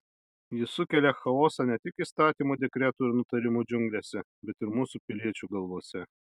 jis sukelia chaosą ne tik įstatymų dekretų ir nutarimų džiunglėse bet ir mūsų piliečių galvose